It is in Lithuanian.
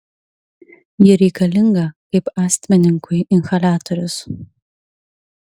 ji reikalinga kaip astmininkui inhaliatorius